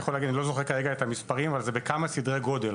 לא זוכר את המספרים אבל זה בכמה סדרי גודל.